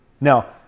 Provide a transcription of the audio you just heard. now